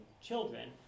children